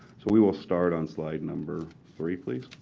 so we will start on slide number three, please.